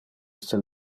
iste